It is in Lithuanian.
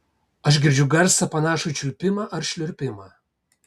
aš girdžiu garsą panašų į čiulpimą ar šliurpimą